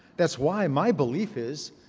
that's why my belief is,